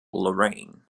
lorraine